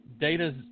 data's